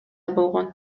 болгон